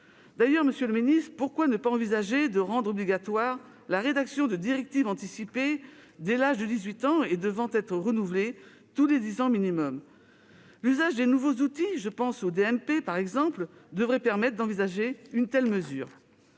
D'ailleurs, monsieur le ministre, pourquoi ne pas envisager de rendre obligatoire la rédaction de directives anticipées dès l'âge de 18 ans et leur renouvellement tous les dix ans au minimum ? L'usage des nouveaux outils, je pense au dossier médical partagé (DMP) par exemple, devrait permettre d'envisager une telle mesure.